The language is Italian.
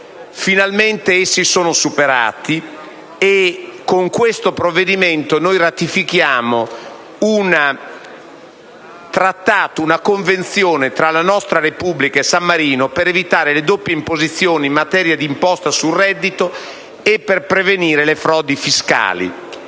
Finalmente essi sono superati, e con il provvedimento oggi al nostro esame ratifichiamo una Convenzione tra la nostra Repubblica e quella di San Marino per evitare le doppie imposizioni in materia di imposte sul reddito e per prevenire le frodi fiscali.